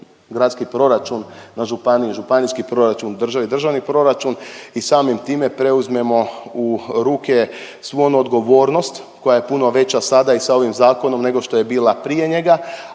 gradski proračun na županiji, županijski proračun u državi državni proračun i samim time preuzmemo u ruke svu onu odgovornost koja je puno veća sada i sa ovim zakonom nego što je bila prije njega,